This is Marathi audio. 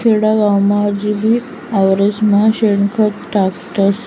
खेडागावमा आजबी वावरेस्मा शेणखत टाकतस